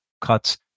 cuts